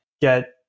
get